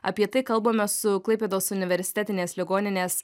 apie tai kalbamės su klaipėdos universitetinės ligoninės